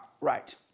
Right